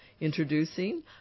introducing